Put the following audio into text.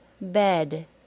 bed